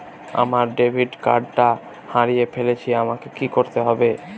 আমার ডেবিট কার্ডটা হারিয়ে ফেলেছি আমাকে কি করতে হবে?